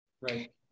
Right